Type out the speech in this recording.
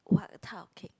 what type of cake